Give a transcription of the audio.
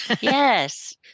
yes